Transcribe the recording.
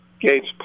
Gates